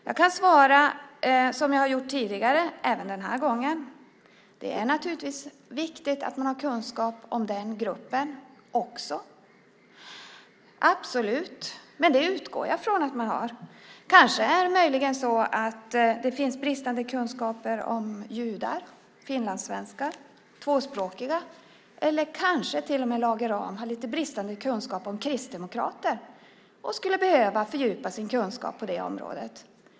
Även den här gången kan jag svara som jag tidigare svarat: Det är naturligtvis viktigt att också ha kunskap om gruppen HBT-personer - absolut - och det utgår jag från att man har. Möjligen är det så att det finns bristande kunskaper också om judar, finlandssvenskar och tvåspråkiga. Lage Rahm har kanske till och med lite bristande kunskaper om Kristdemokraterna och skulle behöva fördjupa sina kunskaper på det området.